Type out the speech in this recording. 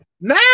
Now